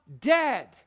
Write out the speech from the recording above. dead